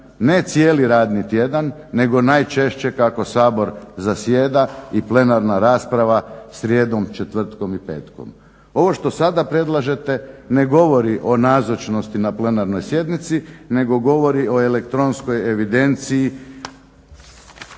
ne cijeli radni tjedan nego najčešće kako Sabor zasjeda i plenarna rasprava srijedom, četvrtkom i petkom. Ovo što sada predlažete ne govori o nazočnosti na plenarnoj sjednici, nego govori o elektronskoj evidenciji.